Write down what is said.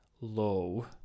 low